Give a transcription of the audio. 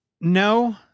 No